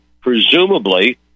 presumably